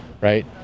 right